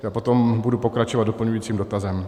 Já potom budu pokračovat doplňujícím dotazem.